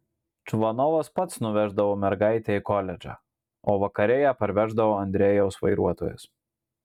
čvanovas pats nuveždavo mergaitę į koledžą o vakare ją parveždavo andrejaus vairuotojas